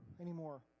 anymore